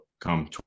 come